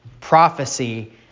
prophecy